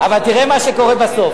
אבל תראה מה שקורה בסוף,